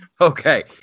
Okay